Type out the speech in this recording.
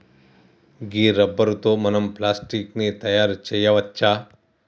గీ rubber తో మనం plastic ని తయారు చేయవచ్చు